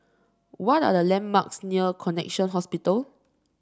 what are the landmarks near Connexion Hospital